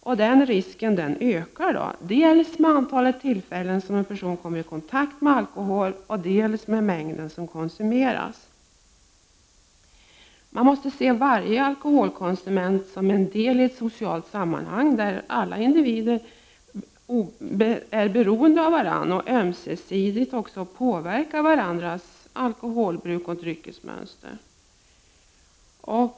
Och den risken ökar dels med antalet tillfällen som en person kommer i kontakt med alkohol, dels med mängden som konsumeras. Varje alkoholkonsument är en del av ett socialt sammanhang där alla individer är beroende av varandra och ömsesidigt också påverkar varandras alkoholbruk och dryckesmönster.